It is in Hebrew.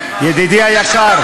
ידידי היקר,